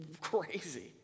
crazy